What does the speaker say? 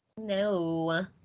No